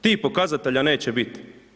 Tih pokazatelja neće biti.